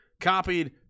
copied